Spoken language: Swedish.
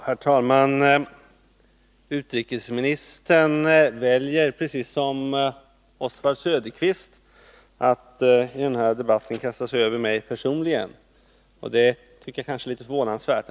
Herr talman! Utrikesministern väljer, precis som Oswald Söderqvist, att i den här debatten kasta sig över mig personligen. Det tycker jag är förvånansvärt.